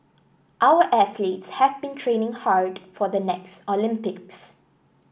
our athletes have been training hard for the next Olympics